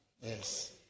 yes